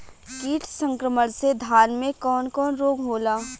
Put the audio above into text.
कीट संक्रमण से धान में कवन कवन रोग होला?